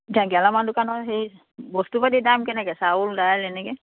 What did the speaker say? এতিয়া গেলামাল দোকানৰ সেই বস্তু পাতিৰ দাম কেনেকৈ চাউল দাইল এনেকে